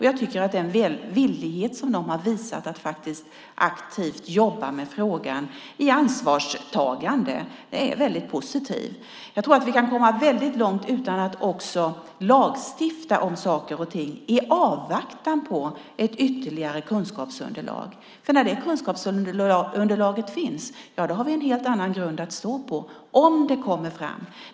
Jag tycker att den villighet som branschen har visat att jobba aktivt med frågan i ansvarstagande är positiv. Vi kan komma långt utan att lagstifta om saker och ting i avvaktan på ett ytterligare kunskapsunderlag. När det kunskapsunderlaget finns har vi en helt annan grund att stå på - om det kommer fram.